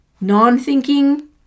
Non-thinking